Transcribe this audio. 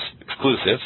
Exclusive